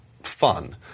fun